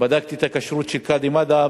בדקתי את הכשרות של קאדי מד'הב.